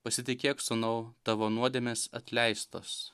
pasitikėk sūnau tavo nuodėmės atleistos